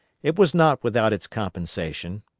it was not without its compensation.